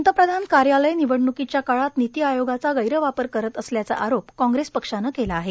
पंतप्रधान कार्यालय निवडणुकीच्या काळात निती आयोगाचा गैरवापर करत असल्याचा आरोप कांग्रेस पक्षानं केला आहे